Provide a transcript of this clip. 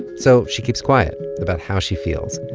so she keeps quiet about how she feels.